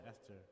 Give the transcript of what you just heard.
Esther